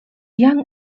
young